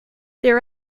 their